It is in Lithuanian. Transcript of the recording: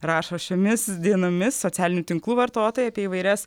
rašo šiomis dienomis socialinių tinklų vartotojai apie įvairias